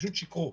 פשוט שיקרו.